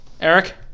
Eric